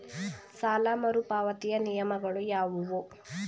ಸಾಲ ಮರುಪಾವತಿಯ ನಿಯಮಗಳು ಯಾವುವು?